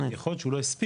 יכול להיות שהוא לא הספיק,